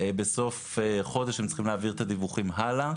בסוף חודש הם צריכים להעביר את הדיווחים הלאה.